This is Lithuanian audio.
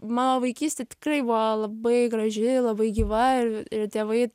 mano vaikystė tikrai buvo labai graži labai gyva ir ir tėvai